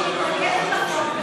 שמתנגדת לחוק,